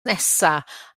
nesaf